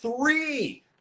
three